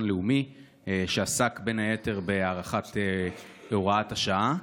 לאומי שעסק בין היתר בהארכת הוראת השעה.